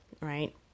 right